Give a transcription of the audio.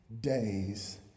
Days